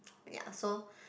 ya so